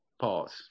Pause